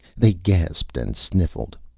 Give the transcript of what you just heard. they gasped and sniffled.